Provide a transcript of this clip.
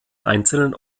einzelnen